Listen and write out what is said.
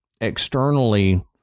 externally